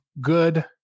good